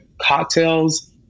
cocktails